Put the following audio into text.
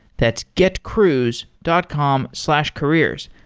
that's getcruise dot com slash careers.